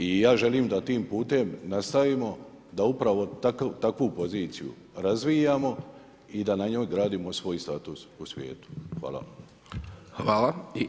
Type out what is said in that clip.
I ja želim da tim putem nastavimo, da upravo takvu poziciju razvijamo i da na njoj gradimo svoj status po svijetu.